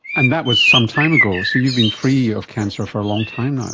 and that was some time ago, so you've been free of cancer for a long time now.